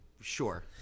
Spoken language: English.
sure